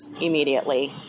immediately